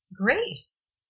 grace